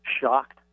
shocked